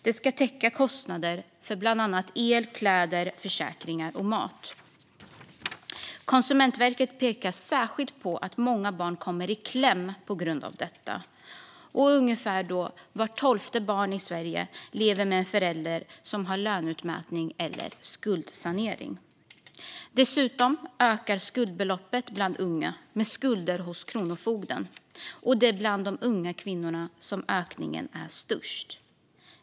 Det ska täcka kostnader för bland annat el, kläder, försäkringar och mat. Konsumentverket pekar särskilt på att många barn kommer i kläm på grund av detta. Ungefär vart tolfte barn i Sverige lever med en förälder som har löneutmätning eller skuldsanering. Dessutom ökar skuldbeloppet bland unga med skulder hos Kronofogden, och ökningen är störst bland unga kvinnor.